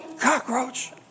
Cockroach